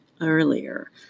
earlier